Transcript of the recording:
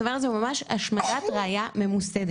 הדבר הזה הוא ממש השמדת ראיה ממוסדת.